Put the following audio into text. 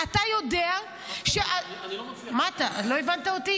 אתה יודע --- מה את אומרת?